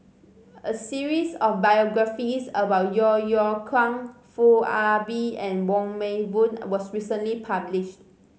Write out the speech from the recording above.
a series of biographies about Yeo Yeow Kwang Foo Ah Bee and Wong Meng Voon was recently published